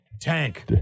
tank